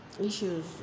issues